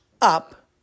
up